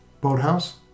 Boathouse